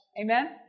Amen